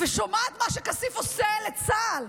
ושומעת מה שכסיף עושה לצה"ל,